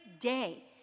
day